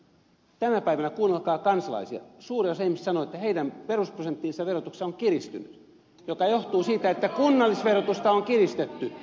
tänä päivänä kuunnelkaa kansalaisia suuri osa ihmisistä sanoo että heidän perusprosenttinsa verotuksessa on kiristynyt mikä johtuu siitä että kunnallisverotusta on kiristetty